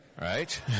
Right